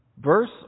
Verse